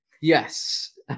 Yes